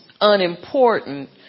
unimportant